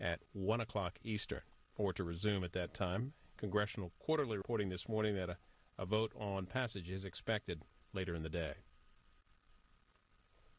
at one o'clock eastern four to resume at that time congressional quarterly reporting this morning that a vote on passage is expected later in the day